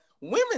women